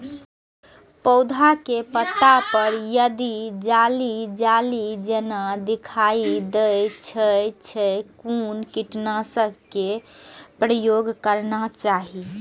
पोधा के पत्ता पर यदि जाली जाली जेना दिखाई दै छै छै कोन कीटनाशक के प्रयोग करना चाही?